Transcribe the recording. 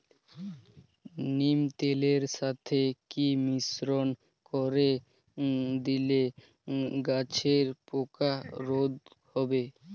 নিম তেলের সাথে কি মিশ্রণ করে দিলে গাছের পোকা রোধ হবে?